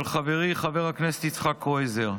של חברי חבר הכנסת יצחק קרויזר.